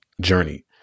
journey